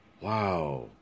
Wow